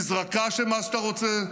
אם מזרקה זה מה שאתה רוצה,